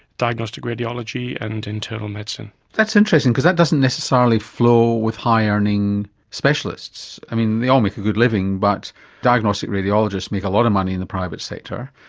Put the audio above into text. diagnostic radiology and internal medicine. that's interesting, because that doesn't necessarily flow with high earning specialists. i mean, they all make a good living, but diagnostic radiologists make a lot of money in the private sector,